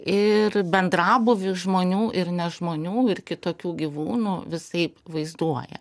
ir bendrabūvį žmonių ir ne žmonių ir kitokių gyvūnų visaip vaizduoja